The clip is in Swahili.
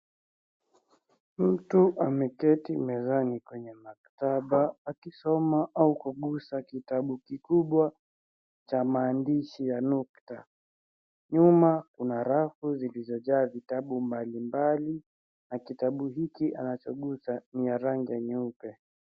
Mtu ameketi mezani kwenye maktaba akisoma au kuguza kitabu kikubwa cha maandishi ya nukta, nyuma kuna rafu zilizojaa vitabu mbalimbali na kitabu hiki anachoguza ni ya rangi nyeupe.